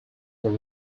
were